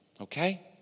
Okay